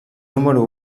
número